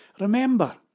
remember